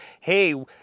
hey